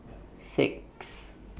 six